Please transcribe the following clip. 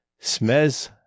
Smez